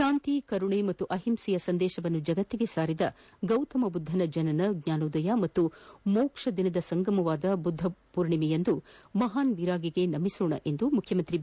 ಶಾಂತಿ ಕರುಣೆ ಹಾಗೂ ಅಂಹಿಸೆಯ ಸಂದೇಶವನ್ನು ಜಗತ್ತಿಗೆ ಸಾರಿದ ಗೌತಮ ಬುದ್ದನ ಜನನ ಜ್ವಾನಾದೋಯ ಮತ್ತು ಮೋಕ್ಷದ ಸಂಗಮವಾದ ಬುದ್ದ ಪೂರ್ಣೆಮೆಯಂದು ಮಹಾನ್ ವಿರಾಗಿಗೆ ನಮಿಸೋಣ ಎಂದು ಮುಖ್ಯಮಂತ್ರಿ ಬಿ